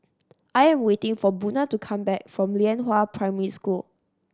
I'm waiting for Buna to come back from Lianhua Primary School